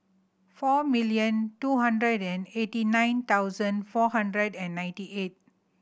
four million two hundred and eighty nine thousand four hundred and ninety eight